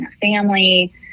family